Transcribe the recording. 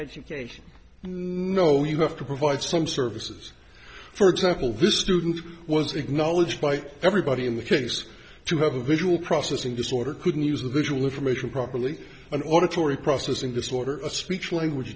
education no you have to provide some services for example this student was acknowledged by everybody in the case to have a visual processing disorder couldn't use the visual information properly an auditorium processing disorder a speech language